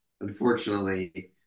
unfortunately